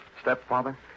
Stepfather